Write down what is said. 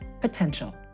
potential